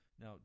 Now